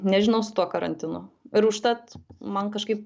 nežinau su tuo karantinu ir užtat man kažkaip